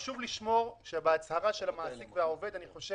אני חושב שבהצהרה של המעסיק והעובד חשוב